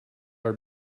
our